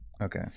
Okay